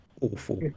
awful